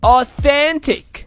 Authentic